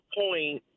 point